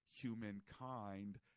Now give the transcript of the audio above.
humankind